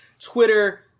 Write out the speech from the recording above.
Twitter